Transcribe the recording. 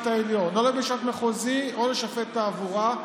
העליון או לבית משפט מחוזי או לשופט תעבורה,